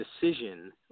decision